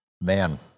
Man